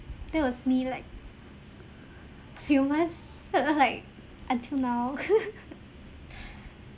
that was me like few months like until now